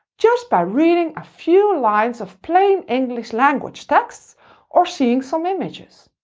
just by reading a few lines of plain english language text or seeing some images.